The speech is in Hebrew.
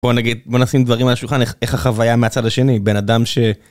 בוא נגיד, בוא נשים דברים על השולחן, איך החוויה מהצד השני? בן אדם ש...